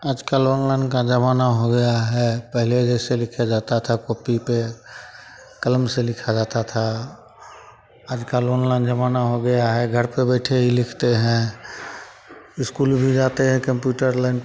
आजकल अनलाइन का जमाना हो गया है पहले जैसे लिखा जाता था कॉपी पे कलम से लिखा जाता था आजकल अनलाइन जमाना हो गया है घर पे बैठे ही लिखते हैं स्कूल भी जाते हैं कॉम्पुटर